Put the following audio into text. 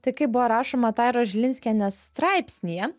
tai kaip buvo rašoma tairos žilinskienės straipsnyje